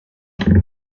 karl